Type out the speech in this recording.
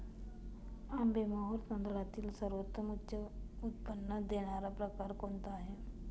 आंबेमोहोर तांदळातील सर्वोत्तम उच्च उत्पन्न देणारा प्रकार कोणता आहे?